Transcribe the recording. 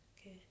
Okay